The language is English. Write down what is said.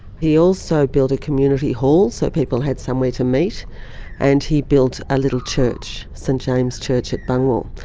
he also built a community hall so people had somewhere to meet and he built a little church, st james church at bungwahl.